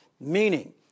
meaning